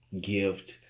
gift